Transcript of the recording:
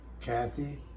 Kathy